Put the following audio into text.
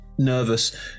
nervous